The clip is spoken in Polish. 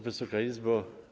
Wysoka Izbo!